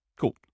Cool